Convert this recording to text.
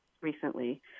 recently